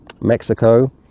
mexico